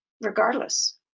regardless